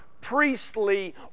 priestly